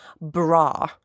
bra